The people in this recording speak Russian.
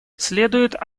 следует